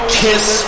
kiss